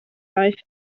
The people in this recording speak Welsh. aeth